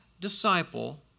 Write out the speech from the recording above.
disciple